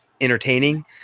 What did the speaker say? entertaining